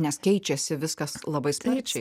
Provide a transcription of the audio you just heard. nes keičiasi viskas labai sparčiai